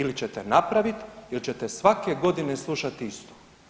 Ili ćete napraviti ili ćete svake godine slušati isto.